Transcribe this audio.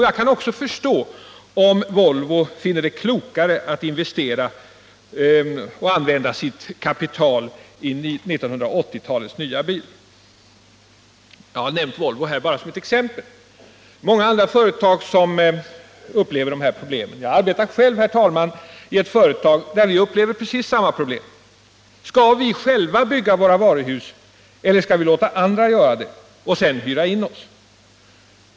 Jag kan också förstå om Volvo finner det klokare att investera och använda kapital i 1980-talets nya bil. Jag har nämnt Volvo här bara som ett exempel. Det är många andra företag som har dessa problem. Jag arbetar själv, herr talman, i ett företag där vi har precis samma problem. Skall vi själva bygga våra varuhus eller skall vi låta andra göra det och sedan hyra in oss?